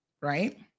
right